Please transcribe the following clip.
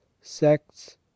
sects